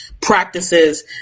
practices